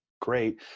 great